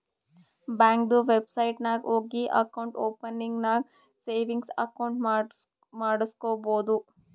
ಬ್ಯಾಂಕ್ದು ವೆಬ್ಸೈಟ್ ನಾಗ್ ಹೋಗಿ ಅಕೌಂಟ್ ಓಪನಿಂಗ್ ನಾಗ್ ಸೇವಿಂಗ್ಸ್ ಅಕೌಂಟ್ ಮಾಡುಸ್ಕೊಬೋದು